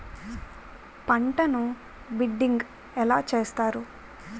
పంటను బిడ్డింగ్ ఎలా చేస్తారు?